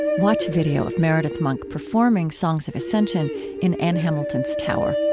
watch video of meredith monk performing songs of ascension in ann hamilton's tower.